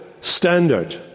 standard